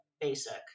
basic